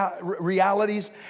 realities